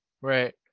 right